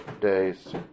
days